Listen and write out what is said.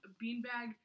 beanbag